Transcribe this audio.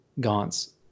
gaunts